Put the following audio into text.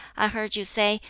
i heard you say,